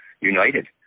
united